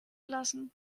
lassen